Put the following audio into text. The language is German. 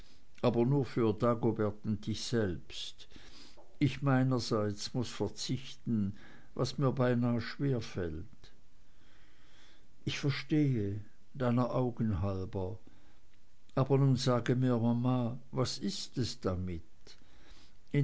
aber nur für dagobert und dich selbst ich meinerseits muß verzichten was mir beinah schwerfällt ich verstehe deiner augen halber aber nun sage mir mama was ist es damit